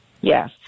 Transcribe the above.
Yes